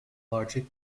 largely